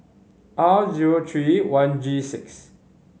R zero three one G six